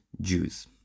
Jews